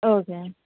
okay